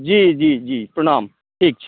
जी जी जी प्रणाम ठीक छै